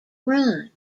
run